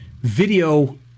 video